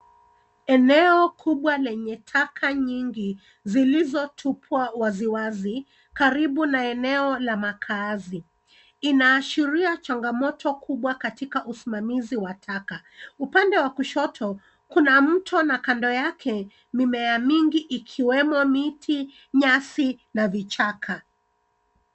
Eneo kubwa lenye taka nyingi zilizotupwa waziwazi karibu na eneo la makazi. Inaashiria changamoto kubwa katika usimamizi wa taka. Upande wa kushoto kuna mto na kando yake mimea mingi ikiwemo miti, nyasi na vichaka.